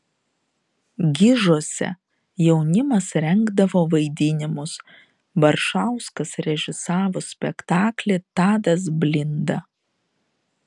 gižuose jaunimas rengdavo vaidinimus baršauskas režisavo spektaklį tadas blinda